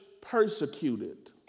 persecuted